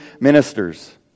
ministers